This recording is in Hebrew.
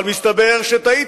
אבל מסתבר שטעיתי.